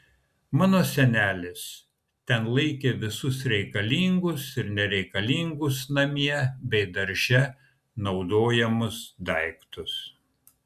mano senelis ten laikė visus reikalingus ir nereikalingus namie bei darže naudojamus daiktus